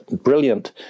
brilliant